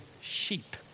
sheep